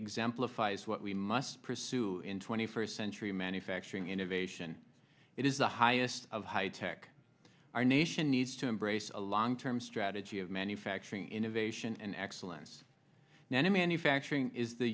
exemplifies what we must pursue in twenty first century manufacturing innovation it is the highest of high tech our nation needs to embrace a long term strategy of manufacturing innovation and excellence in manufacturing is the